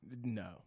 No